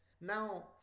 Now